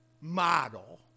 model